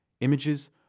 images